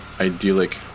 idyllic